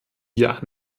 wir